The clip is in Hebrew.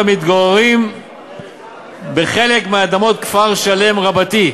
המתגוררים בחלק מאדמות כפר-שלם רבתי.